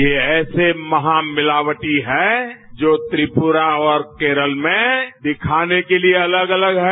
ये ऐसी महा मिलावटी हैं जो त्रिपूरा और केरल में दिखाने के लिए अलग अलग हैं